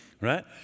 right